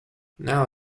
now